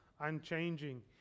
unchanging